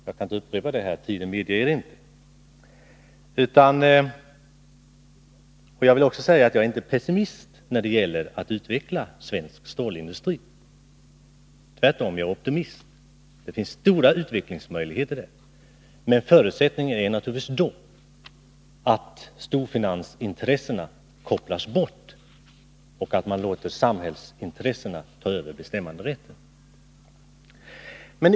Jag kan inte upprepa dem eftersom tiden inte medger det. Jag vill dock säga att jag inte är pessimist när det gäller att utveckla svensk stålindustri. Tvärtom är jag optimist. Det finns stora utvecklingsmöjligheter, men förutsättningen är naturligtvis att storfinansintressena kopplas bort och att man låter samhällsintressena ta över bestämmanderätten.